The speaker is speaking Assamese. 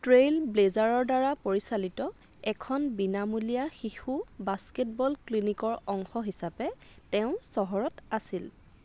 ট্ৰেইল ব্লেজাৰৰদ্বাৰা পৰিচালিত এখন বিনামূলীয়া শিশু বাস্কেটবল ক্লিনিকৰ অংশ হিচাপে তেওঁ চহৰত আছিল